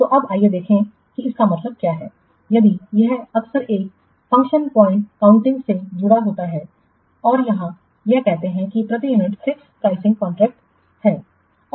तो अब आइए देखें कि इसका मतलब क्या है इसलिए यह अक्सर एक फंक्शन पॉइंट काउंटिंग से जुड़ा होता है और यहाँ यह कहते हैं कि प्रति यूनिट फिक्स प्राइसकॉन्ट्रैक्टित है